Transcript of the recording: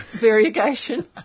Variegation